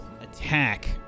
attack